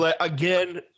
again